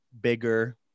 bigger